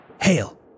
Hail